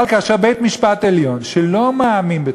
אבל כאשר בית-המשפט העליון, שלא מאמין בתורה,